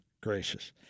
gracious